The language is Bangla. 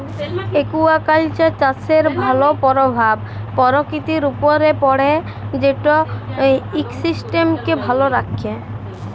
একুয়াকালচার চাষের ভালো পরভাব পরকিতির উপরে পড়ে যেট ইকসিস্টেমকে ভালো রাখ্যে